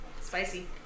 Spicy